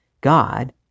God